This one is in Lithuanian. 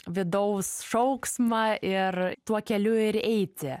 vidaus šauksmą ir tuo keliu ir eiti